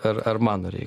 ar ar mano reikalas